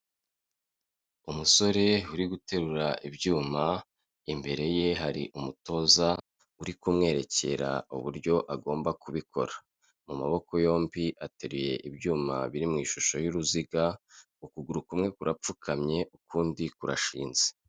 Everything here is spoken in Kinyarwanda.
Umusore uri guterura ibyuma, imbere ye hari umutoza uri kumwerekera uburyo agomba kubikora. Mu maboko yombi ateruye ibyuma biri mu ishusho y'uruziga, ukuguru kumwe kurapfukamye, ukundi kurashinze.